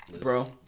Bro